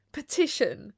petition